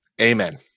Amen